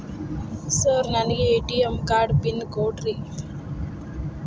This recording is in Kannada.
ಸರ್ ನನಗೆ ಎ.ಟಿ.ಎಂ ಕಾರ್ಡ್ ಪಿನ್ ಕೊಡ್ರಿ?